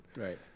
Right